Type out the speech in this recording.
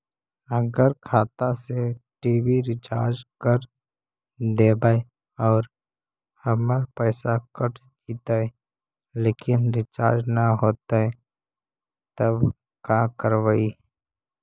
अगर खाता से टी.वी रिचार्ज कर देबै और हमर पैसा कट जितै लेकिन रिचार्ज न होतै तब का करबइ?